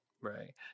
Right